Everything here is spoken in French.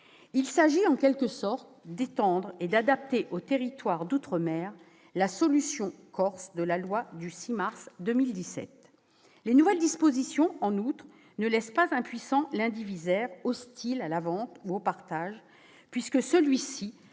Il s'agit en quelque sorte d'étendre et d'adapter aux territoires d'outre-mer la « solution corse » de la loi du 6 mars 2017. Les nouvelles dispositions, en outre, ne laissent pas impuissant l'indivisaire hostile à la vente ou au partage, puisque celui-ci